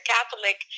Catholic